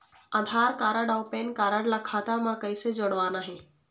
आधार card अऊ pan card ला खाता म कइसे जोड़वाना हे?